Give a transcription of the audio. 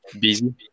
busy